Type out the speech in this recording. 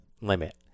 limit